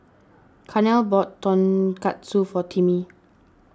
Carnell bought Tonkatsu for Timmie